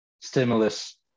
stimulus